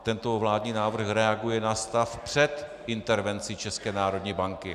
Tento vládní návrh reaguje na stav před intervencí České národní banky.